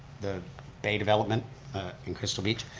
the bay development in crystal beach,